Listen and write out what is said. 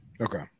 Okay